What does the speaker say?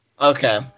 Okay